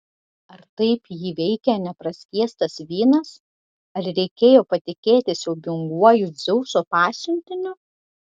ar taip jį veikė nepraskiestas vynas ar reikėjo patikėti siaubinguoju dzeuso pasiuntiniu